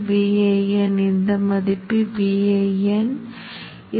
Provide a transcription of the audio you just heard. இந்த வழியில் மின்னோட்டம் பாசிட்டிவ்வாக பாயும் என்று இங்கே எதிர்பார்க்கலாம்